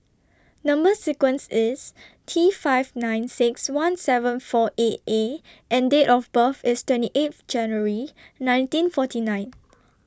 Number sequence IS T five nine six one seven four eight A and Date of birth IS twenty eighth January nineteen forty nine